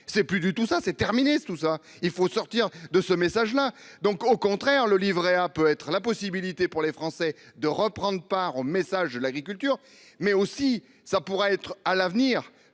C'est plus du tout ça c'est terminé tout ça. Il faut sortir de ce message-là, donc au contraire le livret hein peut être la possibilité pour les Français de reprendre par message de l'agriculture mais aussi ça pourrait être à l'avenir